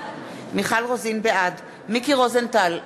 בעד מיקי רוזנטל,